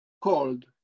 cold